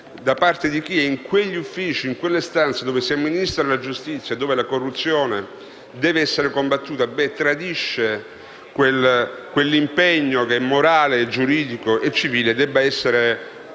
da parte di chi si trova in quegli uffici e in quelle stanze dove si amministra la giustizia e dove la corruzione deve essere combattuta: ciò tradisce un impegno morale, giuridico e civile e deve essere